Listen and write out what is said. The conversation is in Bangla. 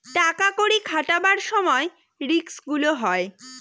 টাকা কড়ি খাটাবার সময় রিস্ক গুলো হয়